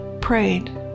prayed